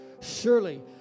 surely